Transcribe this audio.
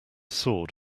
sword